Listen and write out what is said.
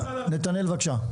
נתנאל, התאחדות התעשיינים, בבקשה.